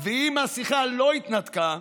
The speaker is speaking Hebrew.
ואם השיחה לא התנתקה,